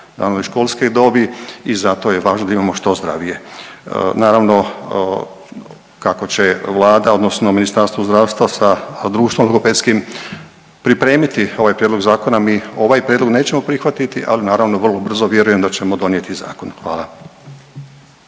školske dobi i zato je važno da imamo što zdravije. Naravno, kako će Vlada, odnosno Ministarstvo zdravstva sa drugom logopedskim pripremiti ovaj prijedlog zakona, mi ovaj Prijedlog nećemo prihvatiti, ali naravno, vrlo brzo vjerujem da ćemo donijeti zakon. Hvala.